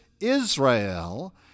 Israel